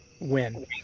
Win